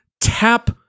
Tap